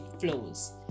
flows